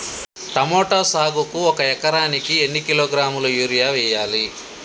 Tomato సాగుకు ఒక ఎకరానికి ఎన్ని కిలోగ్రాముల యూరియా వెయ్యాలి?